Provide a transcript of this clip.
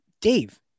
dave